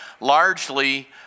largely